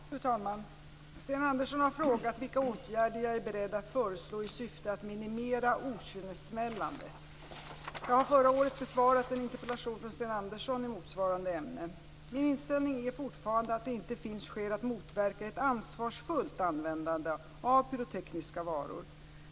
Fru talman! Sten Andersson har frågat vilka åtgärder jag är beredd att föreslå i syfte att minimera okynnessmällandet. Jag har förra året besvarat en interpellation från Sten Andersson i motsvarande ämne. Min inställning är fortfarande att det inte finns skäl att motverka ett ansvarsfullt användande av pyrotekniska varor.